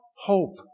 hope